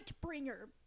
bringer